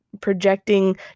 projecting